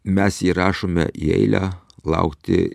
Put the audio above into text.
mes jį rašome į eilę laukti